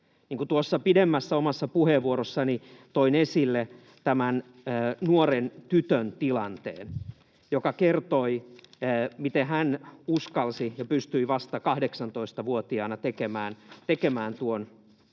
pidemmässä puheenvuorossani toin esille tämän nuoren tytön tilanteen, joka kertoi, miten hän vasta 18-vuotiaana uskalsi tehdä